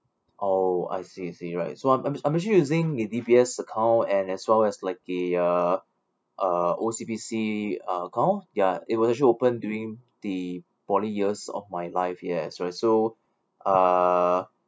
oh I see I see right so I'm I'm actually using the D_B_S account and as well as like the uh uh O_C_B_C uh account ya it was actually opened during the poly years of my life ya so and so uh